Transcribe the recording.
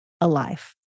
alive